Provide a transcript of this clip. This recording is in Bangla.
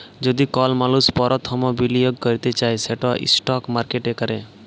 যদি কল মালুস পরথম বিলিয়গ ক্যরতে চায় সেট ইস্টক মার্কেটে ক্যরে